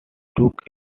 took